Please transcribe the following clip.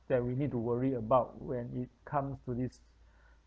that we need to worry about when it comes to this